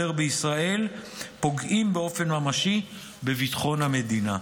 בישראל פוגעים באופן ממשי בביטחון המדינה.